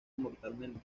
mortalmente